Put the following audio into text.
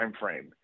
timeframe